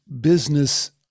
business